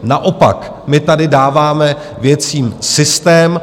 Naopak, my tady dáváme věcem systém.